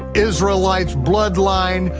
israelites, bloodline,